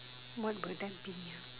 what would that be ah